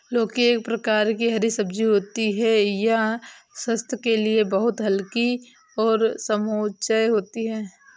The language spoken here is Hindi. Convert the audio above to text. लौकी एक प्रकार की हरी सब्जी होती है यह स्वास्थ्य के लिए बहुत हल्की और सुपाच्य होती है